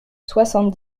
soixante